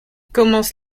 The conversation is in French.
commence